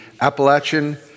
appalachian